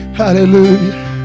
hallelujah